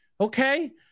Okay